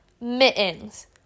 Mittens